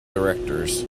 directors